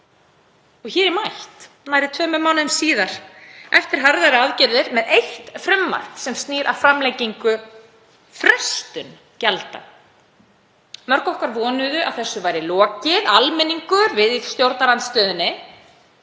Og hér er mætt nærri tveimur mánuðum síðar, eftir harðar aðgerðir, með eitt frumvarp sem snýr að framlengingu frestunar gjalda. Mörg okkar vonuðu að þessu væri lokið; almenningur, við í stjórnarandstöðunni.